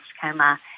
coma